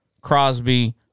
Crosby